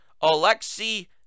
Alexei